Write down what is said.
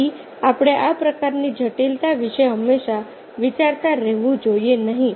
તેથી આપણે આ પ્રકારના જટિલતા વિશે હંમેશા વિચારતા રહેવું જોઈએ નહીં